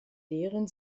lehren